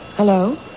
Hello